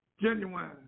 genuine